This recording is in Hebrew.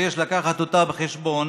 ויש לקחת אותה בחשבון